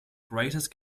greatest